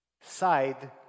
side